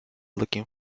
looking